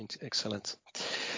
Excellent